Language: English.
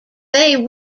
they